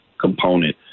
component